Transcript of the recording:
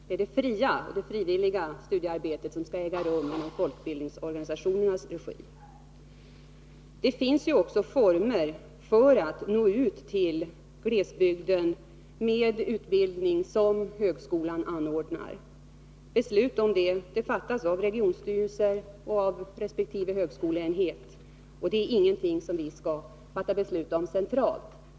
Det är det fria och frivilliga studiearbetet som skall äga rum i folkbildningsorganisationernas regi. Det finns också former för att till glesbygden nå ut med utbildning som högskolan anordnar. Beslut om detta fattas av regionstyrelser och resp. högskoleenhet. Det skall vi inte fatta beslut om centralt.